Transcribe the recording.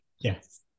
yes